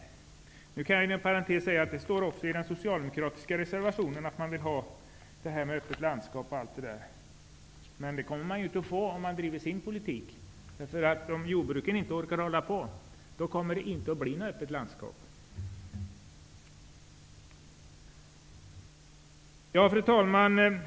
Jag kan inom parentes säga att det också står i den socialdemokratiska reservationen att man vill ha ett öppet landskap. Men det kommer vi inte att få om Socialdemokraterna driver sin politik. Om jordbruken inte blir kvar kommer det inte att finnas ett öppet landskap. Fru talman!